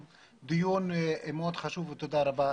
הדיון היום הוא מאוד חשוב ותודה רבה.